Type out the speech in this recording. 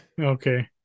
Okay